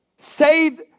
Save